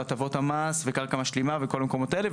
הטבות המס וקרקע משלימה וכל המקומות האלה,